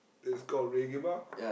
it's called Reggae-Bar